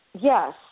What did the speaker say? Yes